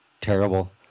terrible